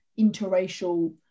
interracial